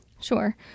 Sure